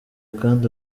kandi